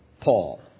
Paul